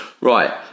right